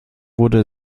wurde